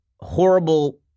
horrible